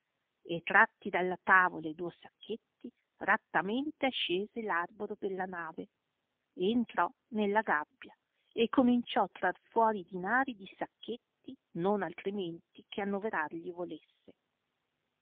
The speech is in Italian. e tratti dalla tavola e duo sacchetti rattamente ascese arbor della nave e entrò nella gabbia e cominciò trar fuori i dinari di sacchetti non altrimenti che annoverargli volesse